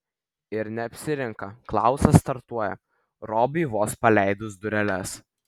ir neapsirinka klausas startuoja robiui vos paleidus dureles